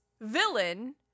villain